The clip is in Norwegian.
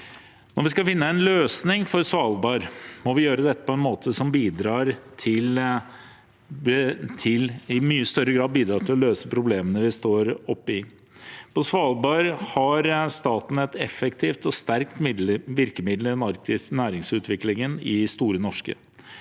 Når vi skal finne en løsning for Svalbard, må vi gjøre dette på en måte som i mye større grad bidrar til å løse problemene vi står oppe i. På Svalbard har staten et effektivt og sterkt virkemiddel gjennom den arktiske næringsutviklingen i Store Norske.